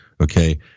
Okay